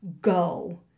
Go